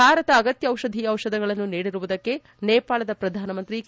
ಭಾರತ ಅಗತ್ತ ದಿಷಧೀಯ ದಿಷಧಗಳನ್ನು ನೀಡಿರುವುದಕ್ಕೆ ನೇಪಾಳದ ಪ್ರಧಾನಮಂತ್ರಿ ಕೆ